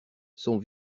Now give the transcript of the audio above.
son